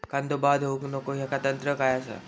कांदो बाद होऊक नको ह्याका तंत्र काय असा?